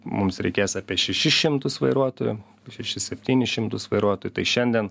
mums reikės apie šešis šimtus vairuotojų šešis septynis šimtus vairuotojų tai šiandien